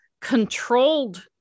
controlled